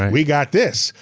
we've got this,